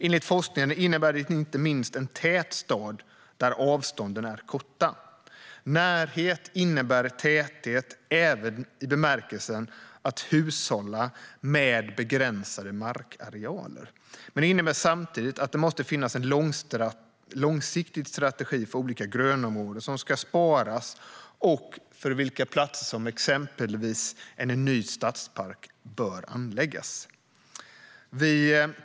Enligt forskningen innebär detta inte minst en tät stad där avstånden är korta. Närhet innebär täthet även i bemärkelsen att man ska hushålla med begränsade markarealer. Men det innebär samtidigt att det måste finnas en långsiktig strategi för vilka grönområden som ska sparas och för vilka platser som exempelvis en ny stadspark ska anläggas på.